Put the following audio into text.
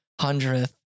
hundredth